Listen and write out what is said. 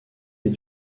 est